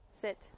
Sit